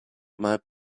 might